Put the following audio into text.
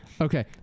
Okay